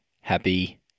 Happy